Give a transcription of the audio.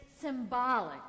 symbolic